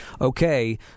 okay